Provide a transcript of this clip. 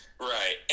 Right